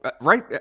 right